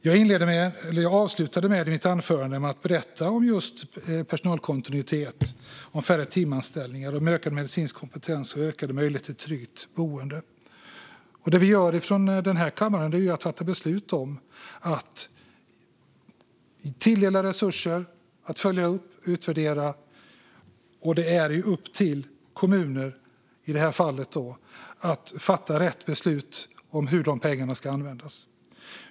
Jag avslutade mitt anförande med att berätta om personalkontinuitet, färre timanställningar, ökad medicinsk kompetens och ökade möjligheter till tryggt boende. Det som vi gör från denna kammare är att fatta beslut om att tilldela resurser, följa upp och utvärdera. Det är upp till kommunerna, i det här fallet, att fatta rätt beslut om hur pengarna ska användas.